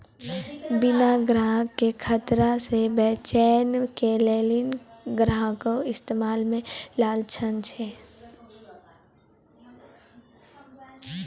बीमा ग्राहको के खतरा से बचाबै के लेली एकरो इस्तेमाल मे लानै छै